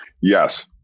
Yes